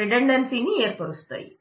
relational schema